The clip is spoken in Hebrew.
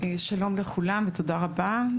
שלום לכולם ותודה רבה.